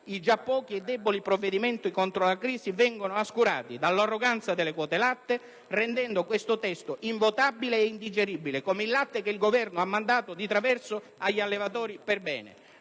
i già pochi e deboli provvedimenti contro la crisi vengono oscurati dall'arroganza delle quote latte, rendendo questo testo invotabile e indigeribile, come il latte che il Governo ha mandato di traverso agli allevatori perbene.